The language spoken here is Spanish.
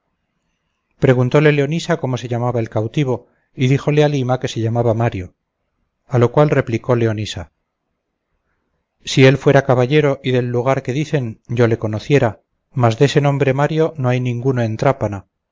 declarado preguntóle leonisa cómo se llamaba el cautivo y díjole halima que se llamaba mario a lo cual replicó leonisa si él fuera caballero y del lugar que dicen yo le conociera más dese nombre mario no hay ninguno en trápana pero